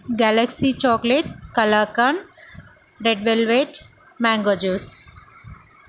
Galaxy chocolate kalakand red velvet mango juice